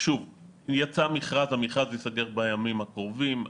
שוב, יצא מכרז, המכרז ייסגר בימים הקרובים.